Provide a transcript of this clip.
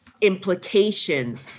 implication